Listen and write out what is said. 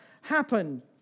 happen